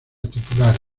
titular